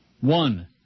One